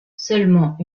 seulement